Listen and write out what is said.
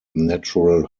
natural